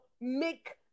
make